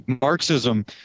Marxism